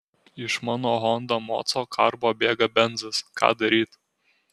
iš mano honda moco karbo bėga benzas ką daryt